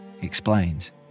explains